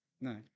No